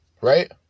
Right